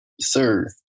sir